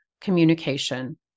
communication